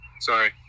Sorry